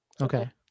Okay